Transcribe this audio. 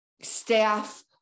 staff